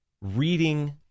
reading